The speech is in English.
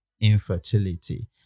infertility